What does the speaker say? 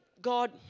God